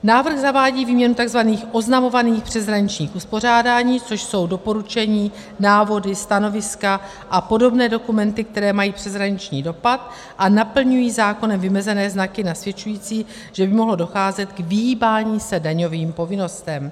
Návrh zavádí výměnu takzvaných oznamovaných přeshraničních uspořádání, což jsou doporučení, návody, stanoviska a podobné dokumenty, které mají přeshraniční dopad a naplňují zákonem vymezené znaky nasvědčující, že by mohlo docházet k vyhýbání se daňovým povinnostem.